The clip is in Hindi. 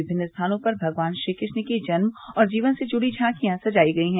विमिन्न स्थानों पर भगवान श्री कृष्ण के जन्म और जीवन से जुड़ी झांकियां सजाई गई हैं